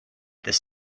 this